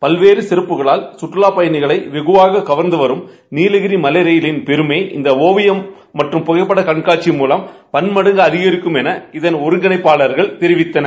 பல்வேறு சிறப்புகளால் கற்றுலாப் பயணிகளை வெகுவாக கவர்ந்து வரும் நீலகிரி மலையிலின் பெருமை இந்த ஒவியம் மற்றம் புகைப்பட கண்காட்சி மூலம் பன்மடங்கு அதிகரிக்கும் என இதன் ஒருங்கிணைப்பாளர்கள் தெரிவித்தனர்